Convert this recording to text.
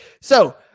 So-